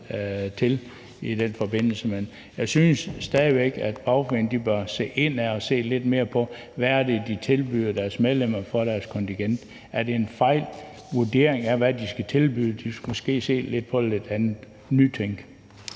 heller aldrig til. Men jeg synes stadig væk, at fagforeningerne bør se indad og se lidt mere på, hvad det er, de tilbyder deres medlemmer for deres kontingent. Er det en fejlvurdering af, hvad de skal tilbyde? De skal måske se det lidt på en anden